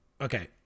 Okay